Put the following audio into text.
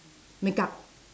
makeup